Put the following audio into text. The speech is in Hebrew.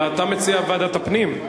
אבל אתה מציע לוועדת הפנים.